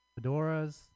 fedoras